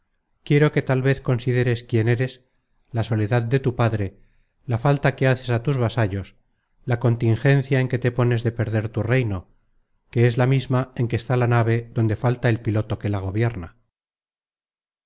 quiero que tal vez consideres quién eres la soledad de tu padre la falta que haces á tus vasallos la contingencia en que te pones de perder tu reino que es la misma en que está la nave donde falta el piloto que la gobierna